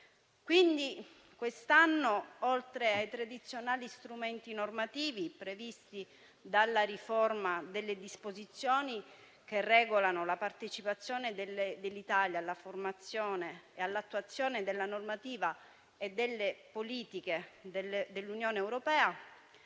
Quest'anno, dunque, ai tradizionali strumenti normativi previsti dalla riforma delle disposizioni che regolano la partecipazione dell'Italia alla formazione e all'attuazione della normativa e delle politiche dell'Unione europea,